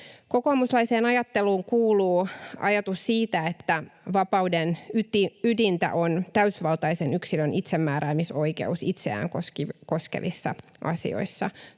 Kokoomuslaiseen ajatteluun kuuluu ajatus siitä, että vapauden ydintä on täysivaltaisen yksilön itsemääräämisoikeus itseään koskevissa asioissa